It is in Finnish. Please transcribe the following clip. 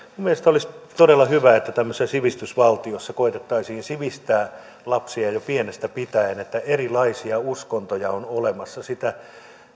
minun mielestäni olisi todella hyvä että tämmöisessä sivistysvaltiossa koetettaisiin sivistää lapsia jo pienestä pitäen että erilaisia uskontoja on olemassa